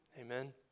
Amen